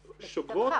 --- תסביר,